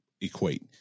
equate